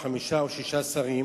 חמישה או שישה שרים,